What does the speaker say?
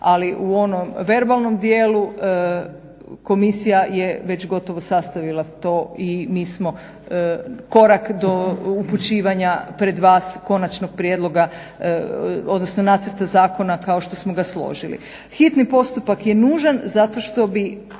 ali u onom verbalnom dijelu komisija je već gotovo sastavila to i mi smo korak do upućivanja pred vas konačnog prijedloga, odnosno nacrta zakona kao što smo ga složili. Hitni postupak je nužan zato što bi